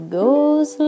goes